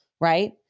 right